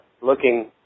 looking